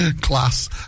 Class